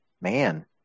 Man